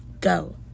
Go